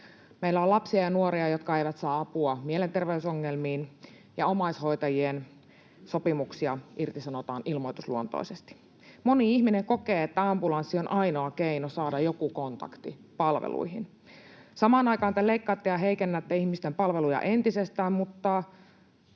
Meillä on lapsia ja nuoria, jotka eivät saa apua mielenterveysongelmiin, ja omaishoitajien sopimuksia irtisanotaan ilmoitusluontoisesti. Moni ihminen kokee, että ambulanssi on ainoa keino saada joku kontakti palveluihin. Samaan aikaan te leikkaatte ja heikennätte ihmisten palveluja entisestään, mutta